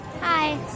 Hi